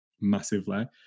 massively